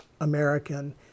American